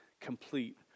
complete